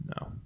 No